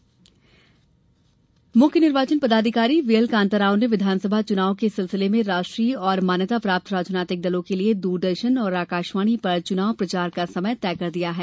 राजनीतिक दल प्रचार राज्य के मुख्य निर्वाचन पदाधिकारी वी एल कान्ताराव ने विधानसभा चुनाव के सिलसिले में राष्ट्रीय और मान्यताप्राप्त राजनैतिक दलों के लिए दूरदर्शन और आकाशवाणी पर चुनाव प्रचार का समय तय कर दिया है